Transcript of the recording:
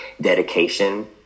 dedication